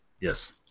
Yes